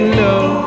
love